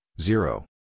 zero